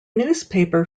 newspaper